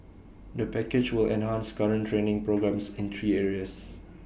the package will enhance current training programmes in three areas